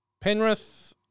Penrith